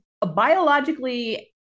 biologically